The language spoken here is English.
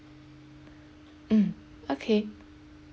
mm okay